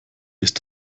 ist